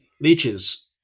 leeches